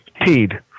teed